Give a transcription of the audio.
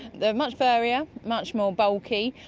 they're much furrier, much more bulky,